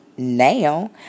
Now